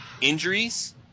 injuries